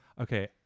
Okay